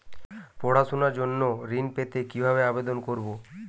পড়াশুনা জন্য ঋণ পেতে কিভাবে আবেদন করব?